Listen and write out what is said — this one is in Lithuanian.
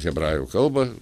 hebrajų kalbą